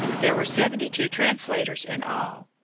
there were seventy-two translators in all.